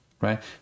right